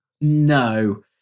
no